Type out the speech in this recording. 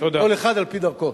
כל אחד על-פי דרכו.